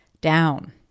down